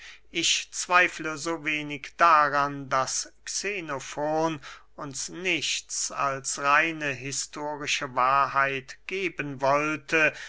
ich zweifle so wenig daran daß xenofon uns nichts als reine historische wahrheit geben wollte